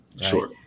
Sure